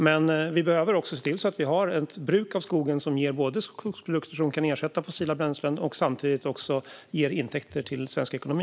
Men vi behöver också se till att vi har ett bruk av skogen som både ger skogsprodukter som kan ersätta fossila bränslen och samtidigt också ger intäkter till svensk ekonomi.